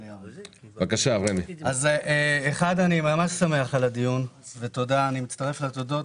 אני שמח על הדיון ואני מצטרף לתודות.